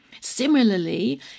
similarly